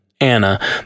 Anna